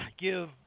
give